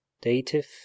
dative